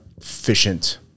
efficient